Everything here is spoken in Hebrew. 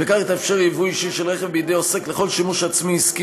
וכך יתאפשר יבוא אישי של רכב בידי עוסק לכל שימוש עצמי-עסקי,